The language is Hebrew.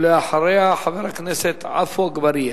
אחריה, חבר הכנסת עפו אגבאריה.